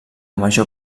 major